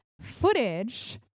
footage